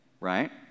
right